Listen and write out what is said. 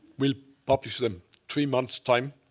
we'll publish them three months time.